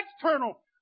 external